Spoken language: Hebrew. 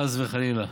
חס וחלילה.